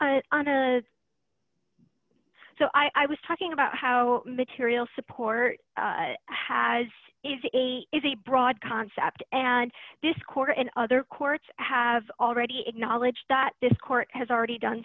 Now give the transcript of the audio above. to so i was talking about how material support has is a is a broad concept and this court and other courts have already acknowledged that this court has already done